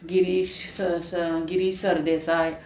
गिरीश स स गिरीश सरदेसाय